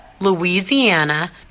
Louisiana